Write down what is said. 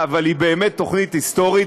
אבל היא באמת תוכנית היסטורית,